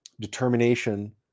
determination